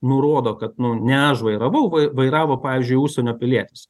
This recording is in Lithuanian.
nurodo kad nu ne aš vairavau vai vairavo pavyzdžiui užsienio pilietis